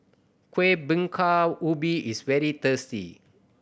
Kuih Bingka Ubi is very tasty